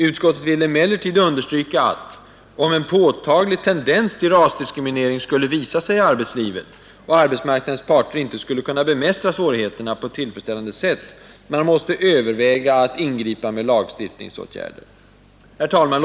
——— Utskottet vill emellertid understryka att, om en påtaglig tendens till rasdiskriminering skulle visa sig i arbetslivet och arbetsmarknadens parter inte skulle kunna bemästra svårigheterna på ett tillfredsställande sätt, man måste överväga att ingripa med lagstiftningsåtgärder.” Herr talman!